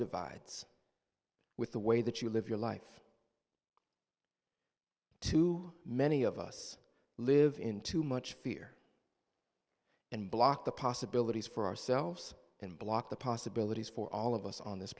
divides with the way that you live your life to many of us live in too much fear and block the possibilities for ourselves and block the possibilities for all of us on this